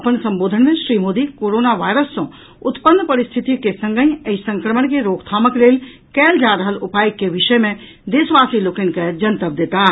अपन संबोधन मे श्री मोदी कोरोना वायरस सँ उत्पन्न परिरिथिति के संगहि एहि संक्रमण के रोकथामक लेल कयल जा रहल उपाय के विषय मे देशवासी लोकनि के जनतब देताह